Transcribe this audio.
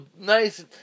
nice